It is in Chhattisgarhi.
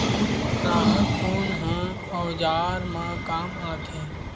राहत कोन ह औजार मा काम आथे?